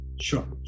sure